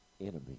enemy